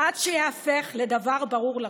עד שייהפך לדבר ברור לכול.